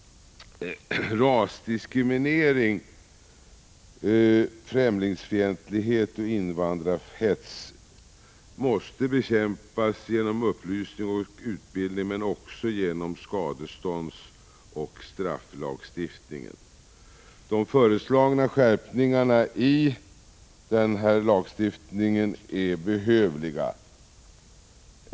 Rasdiskriminering, främlingsfientlighet och invandrarhets måste bekäm pas genom upplysning och utbildning men också genom skadeståndsoch strafflagstiftningen. De föreslagna skärpningarna i den lagstiftningen är behövliga.